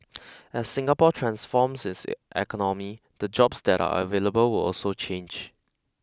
as Singapore transforms its economy the jobs that are available will also change